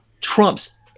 trumps